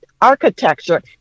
architecture